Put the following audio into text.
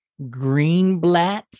Greenblatt